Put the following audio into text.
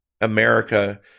America